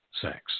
sex